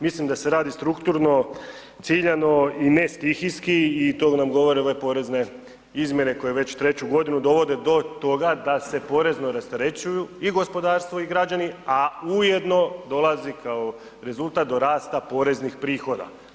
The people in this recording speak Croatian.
Mislim da se radi strukturno, ciljano i ne stihijski i to nam govore ove porezne izmjene koje već treću godinu dovode do toga da se porezno rasterećuju i gospodarstvo i građani, a ujedno dolazi kao rezultat do rasta poreznih prihoda.